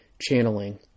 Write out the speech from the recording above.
Channeling